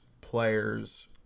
players